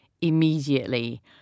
immediately